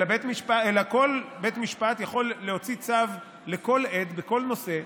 אלא שכל בית משפט יכול להוציא צו לכל עד בכל נושא,